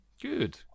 Good